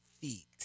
feet